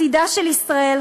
עתידה של ישראל,